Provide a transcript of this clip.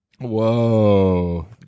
Whoa